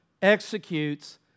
executes